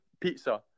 pizza